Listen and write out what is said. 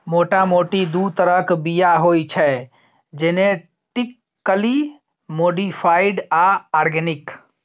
मोटा मोटी दु तरहक बीया होइ छै जेनेटिकली मोडीफाइड आ आर्गेनिक